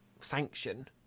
sanction